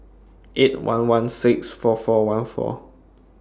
eight one one six four four one four